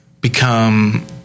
become